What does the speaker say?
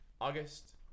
August